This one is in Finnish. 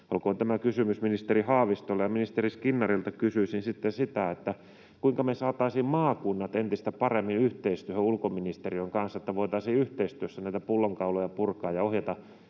Olkoon tämä kysymys ministeri Haavistolle. Ja ministeri Skinnarilta sitten kysyisin: kuinka me saataisiin maakunnat entistä paremmin yhteistyöhön ulkoministeriön kanssa, että voitaisiin yhteistyössä näitä pullonkauloja purkaa ja ohjata